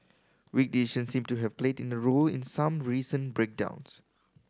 weak design seems to have played a role in some recent breakdowns